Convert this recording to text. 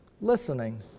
listening